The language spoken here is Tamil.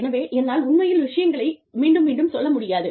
எனவே என்னால் உண்மையில் விஷயங்களை மீண்டும் மீண்டும் சொல்ல முடியாது